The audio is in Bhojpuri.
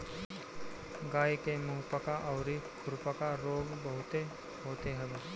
गाई के मुंहपका अउरी खुरपका रोग बहुते होते हवे